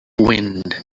wind